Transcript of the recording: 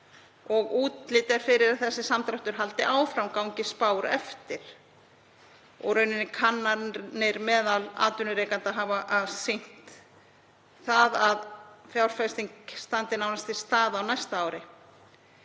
og útlit er fyrir að þessi samdráttur haldi áfram gangi spár eftir. Kannanir meðal atvinnurekenda hafa sýnt að fjárfestingar standi nánast í stað á næsta ári.